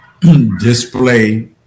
display